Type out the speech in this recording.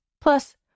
Plus